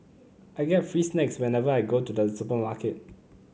I get free snacks whenever I go to the supermarket